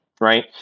right